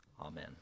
amen